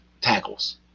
tackles